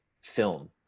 film